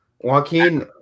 Joaquin